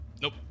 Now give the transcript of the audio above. Nope